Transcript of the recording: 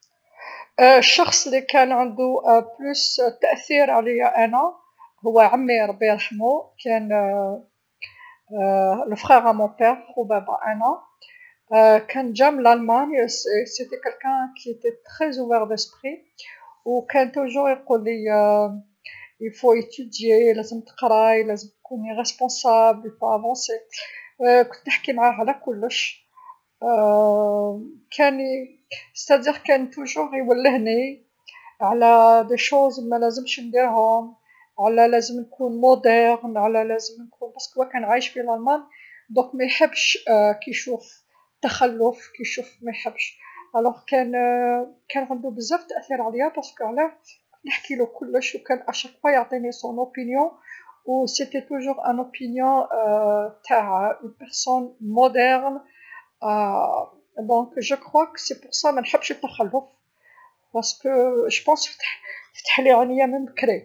شخص لكان عندو أكثر تأثير عليا أنا، هو عمي ربي يرحمو كان خو بابا خو بابا كان جا من للمان، كان بنادم مفتح بزاف في عقلو، و كان دايما يقولي لازم قراية لازم تقراي، لازم تكوني مسؤوله و تطوري، كنت نحكي معاه على كلش كان ي، يعني كان دايما يولهني على صوالح ملازمش نديرهم، على لازم نكون متقدمه، على لازم نكون على خاطرش هو كان عايش في للمان اذا ميحبش كيشوف تخلف كيشوف ميحبش، إذا كان كان عندو بزاف تأثير عليا على خاطرش نحكيلو كلش و كان كل مرا يعطيني رايه و كان دايما راي تع شخص متقدم لذا نظن علابيها منحبش التخلف على خاطرش فتح فتح لي عينيا من بكري.